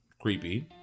creepy